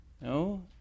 No